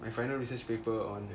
my final research paper on